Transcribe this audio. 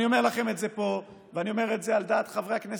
אני אומר את זה על דעת חברי הכנסת,